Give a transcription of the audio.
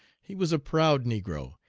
he was a proud negro,